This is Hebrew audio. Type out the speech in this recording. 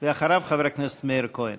ואחריו, חבר הכנסת מאיר כהן.